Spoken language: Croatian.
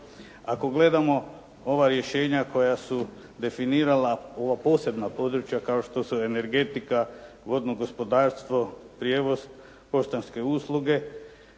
Ako gledamo ova rješenja koja se u definirala ova posebna područja, kao što su energetika, vodno gospodarstvo, prijevoz, poštanske usluge,